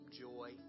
joy